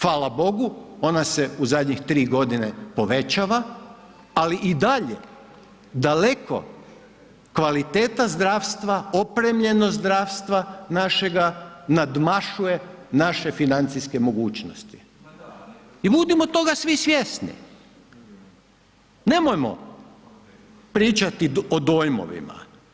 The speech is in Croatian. Fala Bogu ona se u zadnjih 3.g. povećava, ali i dalje daleko kvaliteta zdravstva, opremljenost zdravstva našega nadmašuje naše financijske mogućnosti i budimo toga svi svjesni, nemojmo pričati o dojmovima.